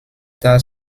tard